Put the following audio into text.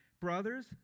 Brothers